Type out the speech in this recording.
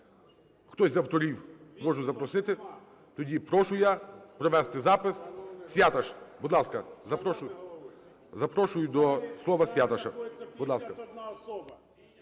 хтось із авторів, можу запросити. Тоді прошу я провести запис. Святаш, будь ласка, запрошую. Запрошую до слова Святаша.